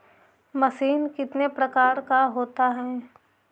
Machine कितने प्रकार का होता है?